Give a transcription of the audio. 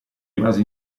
rimase